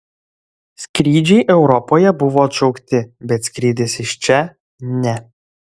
skrydžiai europoje buvo atšaukti bet skrydis iš čia ne